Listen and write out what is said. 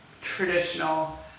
Traditional